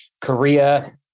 Korea